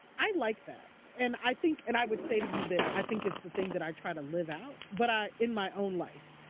i like that. and i think and i would say to you that i think it's the thing that i try to live out but in my own life.